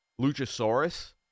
Luchasaurus